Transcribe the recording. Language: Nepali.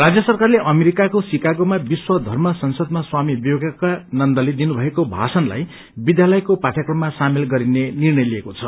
राज्य सरकारले अमेरिकाको शिकागोमा विश्व धर्म संसदमा स्वामी विवेकानन्दले दिनुभएको ओजस्वी भाषणलाई रं विध्यालयको पाठयक्रममा सामेल गरिने निर्णय लिएको छ